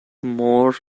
more